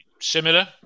similar